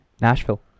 Nashville